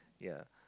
ya